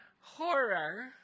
Horror